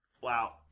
Wow